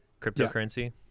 cryptocurrency